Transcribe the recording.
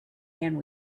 and